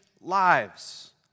lives